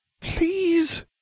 Please